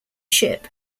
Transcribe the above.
ship